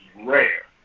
rare